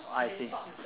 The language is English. I s~